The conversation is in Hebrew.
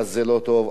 זה לא טוב,